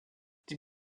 die